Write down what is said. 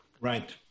Right